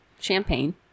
champagne